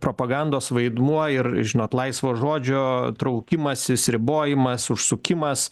propagandos vaidmuo ir žinot laisvo žodžio traukimasis ribojimas užsukimas